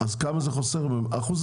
אז כמה זה חוסך באחוזים?